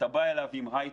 אתה בא אליו עם הייטק,